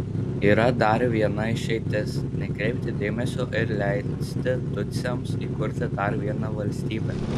yra dar viena išeitis nekreipti dėmesio ir leisti tutsiams įkurti dar vieną valstybę